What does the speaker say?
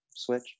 Switch